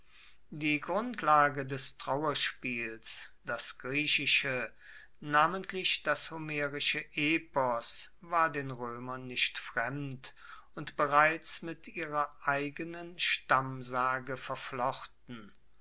die grundlage des trauerspiels das griechische namentlich das homerische epos war den roemern nicht fremd und bereits mit ihrer eigenen stammsage verflochten